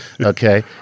Okay